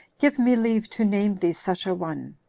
give me leave to name thee such a one.